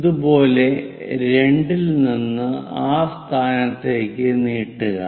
അതുപോലെ രണ്ടിൽ നിന്ന് ആ സ്ഥാനത്തേക്ക് നീട്ടുക